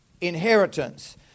inheritance